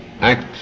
act